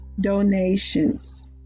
donations